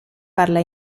parla